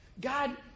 God